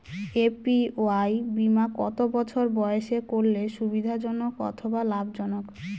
APY বীমা কত বছর বয়সে করলে সুবিধা জনক অথবা লাভজনক?